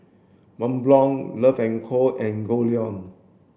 Mont Blanc Love and Co and Goldlion